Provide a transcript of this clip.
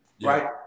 right